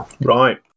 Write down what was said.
Right